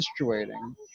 menstruating